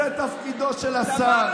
זה תפקידו של השר.